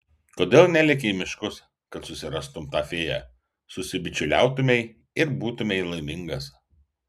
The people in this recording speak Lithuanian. kodėl neleki į miškus kad susirastumei tą fėją susibičiuliautumei ir būtumei laimingas